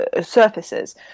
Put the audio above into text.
surfaces